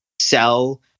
sell